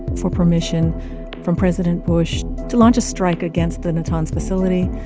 for permission from president bush to launch a strike against the natanz facility.